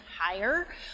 higher